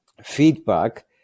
feedback